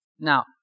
Now